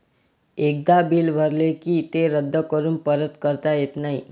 एकदा बिल भरले की ते रद्द करून परत करता येत नाही